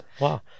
Wow